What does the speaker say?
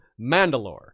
Mandalore